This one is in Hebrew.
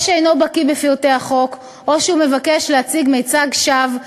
או שאינו בקי בפרטי החוק או שהוא מבקש להציג מצג שווא,